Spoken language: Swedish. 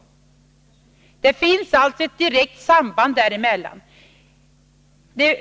Det finns alltså ett direkt samband i detta fall.